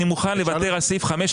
אני מוכן לוותר על סעיף 5,